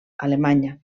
alemanya